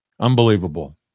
Unbelievable